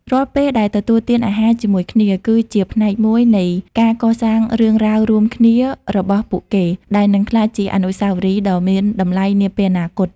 រាល់ពេលដែលទទួលទានអាហារជាមួយគ្នា គឺជាផ្នែកមួយនៃការកសាងរឿងរ៉ាវរួមគ្នារបស់ពួកគេ ដែលនឹងក្លាយជាអនុស្សាវរីយ៍ដ៏មានតម្លៃនាពេលអនាគត។